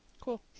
cool